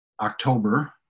October